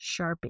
Sharpie